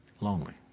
lonely